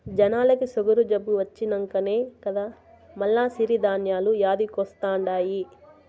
జనాలకి సుగరు జబ్బు వచ్చినంకనే కదా మల్ల సిరి ధాన్యాలు యాదికొస్తండాయి